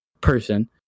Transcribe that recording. person